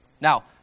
Now